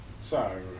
Sorry